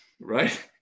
right